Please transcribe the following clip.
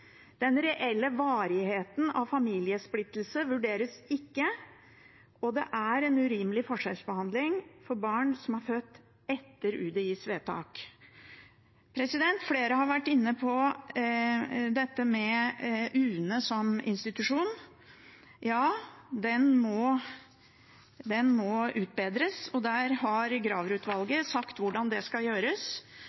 den reelle varigheten av familiesplittelse vurderes ikke, og det er en urimelig forskjellsbehandling av barn som er født etter UDIs vedtak. Flere har vært inne på UNE som institusjon. Ja, den må utbedres, og der har